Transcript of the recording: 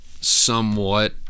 somewhat